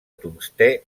tungstè